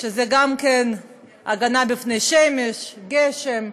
זה גם הגנה בפני שמש, גשם,